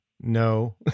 no